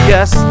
Yes